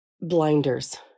Blinders